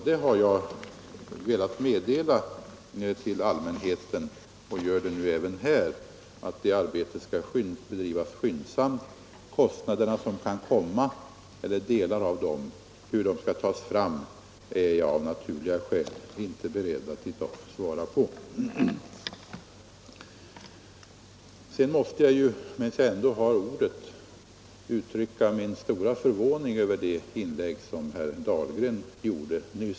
Jag har velat meddela till allmänheten, och nu gör jag det också här, att det arbetet skall bedrivas skyndsamt. Hur kostnaderna för detta, helt eller delvis, skall bestridas är jag av naturliga skäl inte i dag beredd att upplysa om. Medan jag nu har ordet vill jag sedan uttrycka min stora förvåning över det inlägg som herr Dahlgren nyss gjorde.